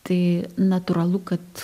tai natūralu kad